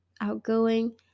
outgoing